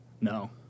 No